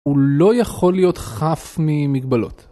הוא לא יכול להיות חף ממגבלות.